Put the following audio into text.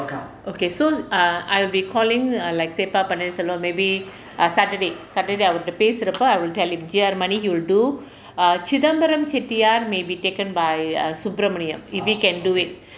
okay so err I'll be calling err like say se pa paneerselvam maybe err saturday saturday அவங்ககிட்ட பேசுறப்போ:avangakutta pesurappo I will tell him G_R money he will do err chithambaram chettiar may be taken by err subramanium if he can do it